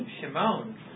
Shimon